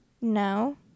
no